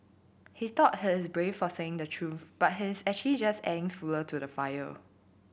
he thought he's brave for saying the truth but he's actually just adding fuel to the fire